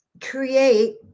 create